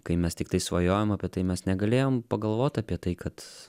kai mes tiktai svajojom apie tai mes negalėjom pagalvot apie tai kad